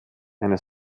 eine